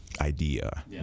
idea